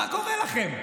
מה קורה לכם?